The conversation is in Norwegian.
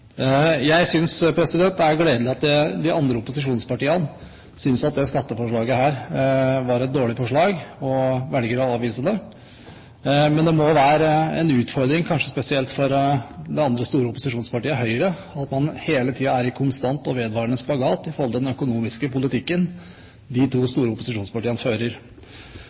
er gledelig at de andre opposisjonspartiene synes at dette skatteforslaget er et dårlig forslag og velger å avvise det. Men det må være en utfordring, kanskje spesielt for det andre store opposisjonspartiet, Høyre, at man hele tiden er i en konstant og vedvarende spagat med hensyn til den økonomiske politikken de to store opposisjonspartiene fører.